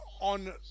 on